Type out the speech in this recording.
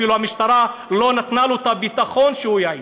והמשטרה אפילו לא נתנה לו את הביטחון שיעיד.